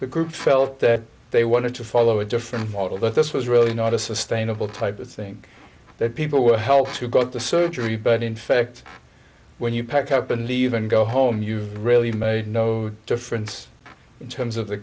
the group felt that they wanted to follow a different model that this was really not a sustainable type of thing that people would help who got the surgery but in fact when you pack up and leave and go home you've really made no difference in terms of the